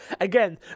Again